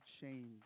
change